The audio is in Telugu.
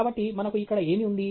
కాబట్టి మనకు ఇక్కడ ఏమి ఉంది